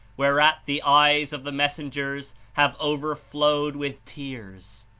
whereat the eyes of the messengers have overflowed with tears.